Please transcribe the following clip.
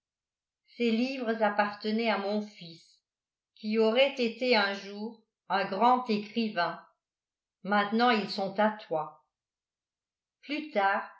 ces livres appartenaient à mon fils qui aurait été un jour un grand écrivain maintenant ils sont à toi plus tard